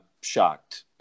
shocked